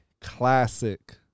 Classic